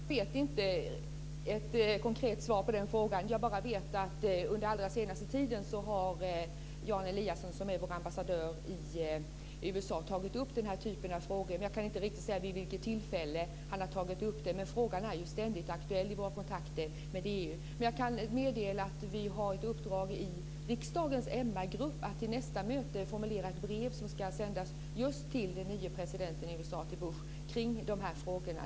Fru talman! Jag kan inte ge ett konkret svar på den frågan. Jag vet bara att Jan Eliasson, som är vår ambassadör i USA, under den allra senaste tiden har tagit upp den här typen av frågor. Men jag kan inte riktigt säga vid vilket tillfälle han har tagit upp dem. Men frågan är ju ständigt aktuell i våra kontakter med Däremot kan jag meddela att vi har ett uppdrag i riksdagens MR-grupp att till nästa möte formulera ett brev som ska sändas just till den nya presidenten i USA, till Bush, om de här frågorna.